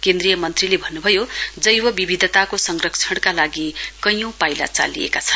केन्द्रीय मन्त्रीले भन्नु भयो जैव विविधताको संरक्षणका लागि कयौं पाइला चालिएका छन्